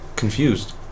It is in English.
Confused